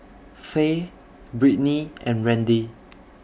Faye Brittny and Randy